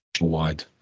Wide